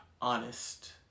honest